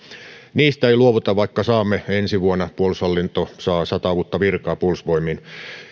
niistä ei luovuta vaikka saamme ensi vuonna puolustushallinto saa sata uutta virkaa puolustusvoimiin